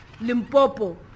Limpopo